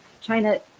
China